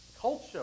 culture